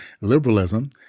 Liberalism